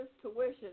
tuition